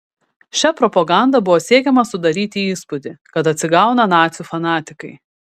šia propaganda buvo siekiama sudaryti įspūdį kad atsigauna nacių fanatikai